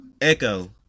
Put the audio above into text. Echo